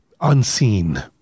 unseen